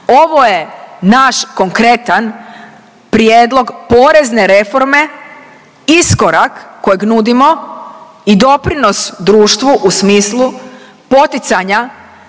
Ovo je naš konkretan prijedlog porezne reforme, iskorak koji nudimo i doprinos društvu u smislu poticanja